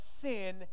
sin